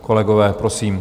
Kolegové, prosím.